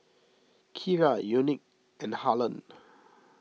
Kyra Unique and Harlon